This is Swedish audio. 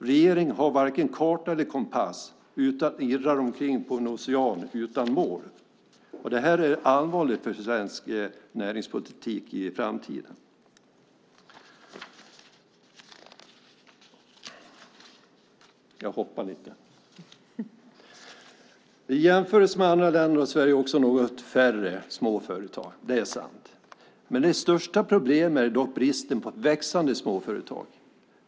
Regeringen har varken karta eller kompass utan irrar omkring på en ocean utan mål. Det är allvarligt för svensk näringspolitik i framtiden. I jämförelse med andra länder har Sverige också något färre små företag. Det är sant. Det största problemet är dock bristen på växande småföretag.